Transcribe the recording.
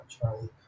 Charlie